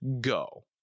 go